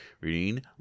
reading